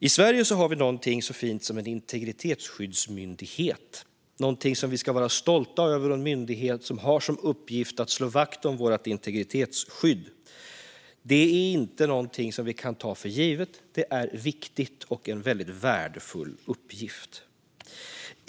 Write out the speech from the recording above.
I Sverige har vi något så fint som en integritetsskyddsmyndighet, vilket är något som vi ska vara stolta över. Denna myndighet har som uppgift att slå vakt om vårt integritetsskydd. Detta är inte något som vi kan ta för givet. Det är viktigt och en värdefull uppgift.